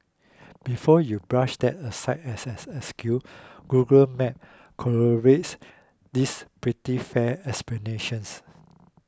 before you brush that aside as an excuse Google Maps corroborates this pretty fair explanations